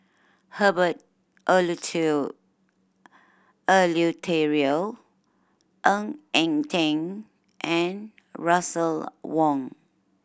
Herbert Eleuterio Ng Eng Teng and Russel Wong